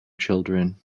children